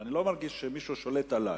אני לא מרגיש שמישהו שולט עלי.